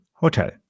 Hotel